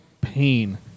pain